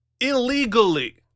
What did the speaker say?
illegally